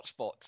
hotspot